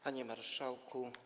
Panie Marszałku!